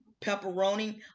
pepperoni